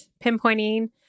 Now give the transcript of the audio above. pinpointing